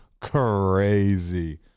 crazy